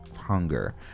hunger